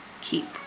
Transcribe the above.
Keep